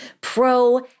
pro